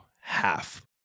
half